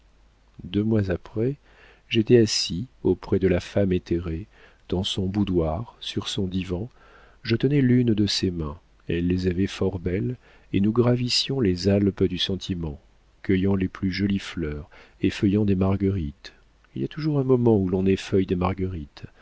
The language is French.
deux mois après j'étais assis auprès de la femme éthérée dans son boudoir sur son divan je tenais l'une de ses mains elle les avait fort belles et nous gravissions les alpes du sentiment cueillant les plus jolies fleurs effeuillant des marguerites il y a toujours un moment où l'on effeuille